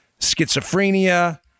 schizophrenia